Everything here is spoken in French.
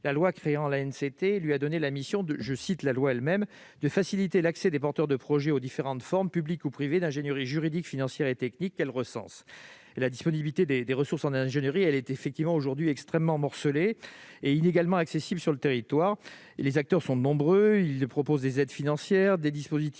La loi créant l'ANCT a donné à cette dernière la mission de « faciliter l'accès des porteurs de projets aux différentes formes, publiques ou privées, d'ingénierie juridique, financière et technique qu'elle recense [...].» La disponibilité des ressources en ingénierie est aujourd'hui extrêmement morcelée et inégalement accessible sur le territoire. Les acteurs sont nombreux. Ils proposent des aides financières, des dispositifs